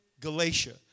Galatia